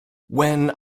when